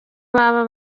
baba